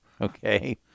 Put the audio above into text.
okay